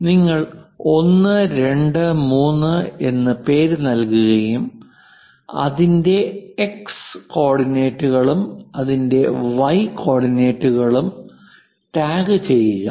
നിങ്ങൾ 1 2 3 എന്ന പേര് നൽകുകയും അതിന്റെ എക്സ് കോർഡിനേറ്റുകളെയും അതിന്റെ വൈ കോർഡിനേറ്റുകളെയും ടാഗ് ചെയ്യുക